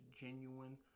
genuine